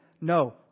No